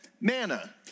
manna